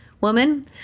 Woman